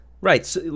Right